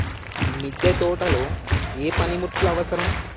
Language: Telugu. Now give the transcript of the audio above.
మిద్దె తోటలో ఏ పనిముట్లు అవసరం?